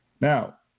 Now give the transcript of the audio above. Now